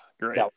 great